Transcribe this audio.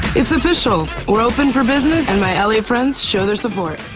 it's official, we're open for business and my ah la friends show their support.